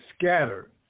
scattered